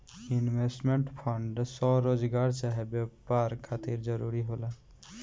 investment fund स्वरोजगार चाहे व्यापार खातिर जरूरी होला